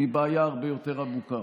היא בעיה הרבה יותר עמוקה.